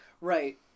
Right